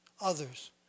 others